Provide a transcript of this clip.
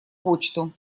почту